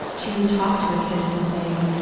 to talk to a kid and to say,